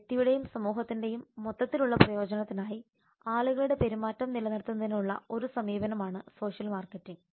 വ്യക്തിയുടെയും സമൂഹത്തിന്റെയും മൊത്തത്തിലുള്ള പ്രയോജനത്തിനായി ആളുകളുടെ പെരുമാറ്റം നിലനിർത്തുന്നതിനുള്ള ഒരു സമീപനമാണ് സോഷ്യൽ മാർക്കറ്റിംഗ്